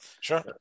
Sure